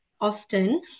often